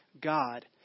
god